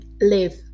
live